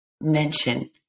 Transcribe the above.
mention